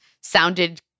sounded